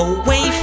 away